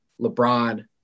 LeBron